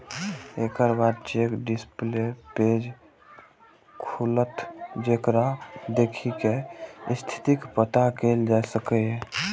एकर बाद check display page खुलत, जेकरा देखि कें स्थितिक पता कैल जा सकैए